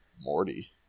Morty